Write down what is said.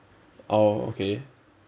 oh okay